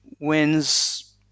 wins